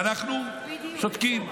ואנחנו שותקים.